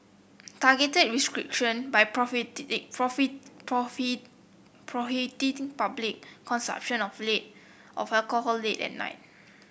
targeted restriction by prohibiting public consumption of of alcohol late at night